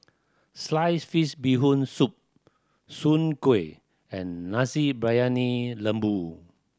sliced fish Bee Hoon Soup Soon Kueh and Nasi Briyani Lembu